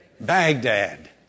Baghdad